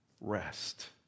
rest